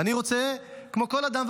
אני רוצה כמו כל אדם,